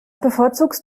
bevorzugst